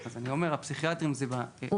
אז אני אומר: הפסיכיאטרים זה ב- -- הוא